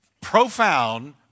profound